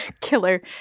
killer